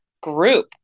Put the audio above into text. group